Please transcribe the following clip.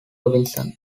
robinson